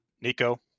Nico